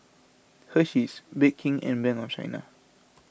Hersheys Bake King and Bank of China